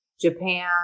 Japan